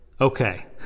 Okay